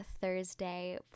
thursday